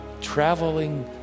traveling